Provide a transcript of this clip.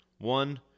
One